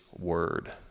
word